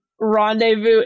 rendezvous